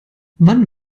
wann